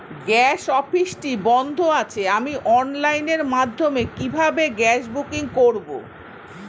Gas অফিসটি বন্ধ আছে আমি অনলাইনের মাধ্যমে কিভাবে গ্যাস বুকিং করব?